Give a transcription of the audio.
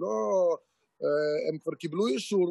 כולנו יודעים על המונופול של חברת החשמל.